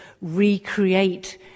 recreate